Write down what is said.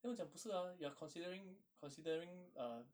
then 我讲不是啊 you're considering considering err